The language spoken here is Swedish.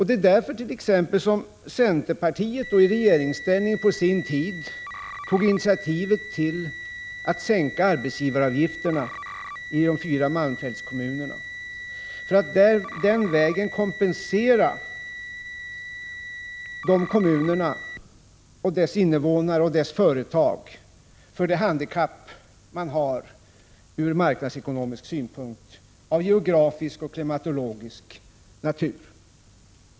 Det var därför som centerpartiet i regeringsställning på sin tid t.ex. tog initiativ till att sänka arbetsgivaravgifterna i de fyra malmfältskommunerna, för att den vägen kompensera kommunerna och deras invånare och företag för det geografiska och klimatologiska handikapp de har ur marknadsekonomisk synpunkt.